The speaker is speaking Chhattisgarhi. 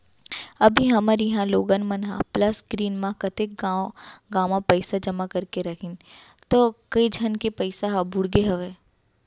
अभी हमर इहॉं लोगन मन ह प्लस ग्रीन म कतेक गॉंव गॉंव म पइसा जमा करे रहिन तौ कइ झन के पइसा ह बुड़गे हवय